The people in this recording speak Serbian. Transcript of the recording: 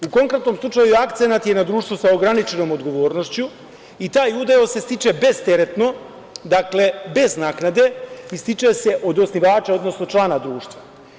U konkretnom slučaju akcenat je na društvo sa ograničenom odgovornošću i taj udeo se stiče bez teretno, dakle bez naknade i stiče se od osnivača, odnosno člana društva.